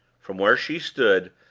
from where she stood,